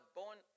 born